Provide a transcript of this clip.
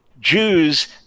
Jews